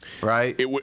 Right